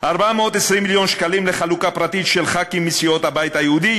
400 מיליון שקלים לחלוקה פרטית של חברי כנסת מסיעות הבית היהודי,